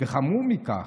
וחמור מכך,